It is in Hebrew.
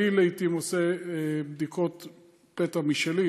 לעתים אני עושה בדיקות פתע משלי,